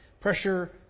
pressure